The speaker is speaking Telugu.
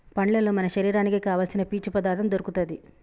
పండ్లల్లో మన శరీరానికి కావాల్సిన పీచు పదార్ధం దొరుకుతది